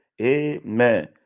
Amen